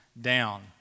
down